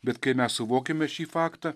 bet kai mes suvokiame šį faktą